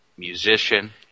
Musician